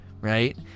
right